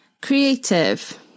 creative